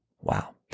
Wow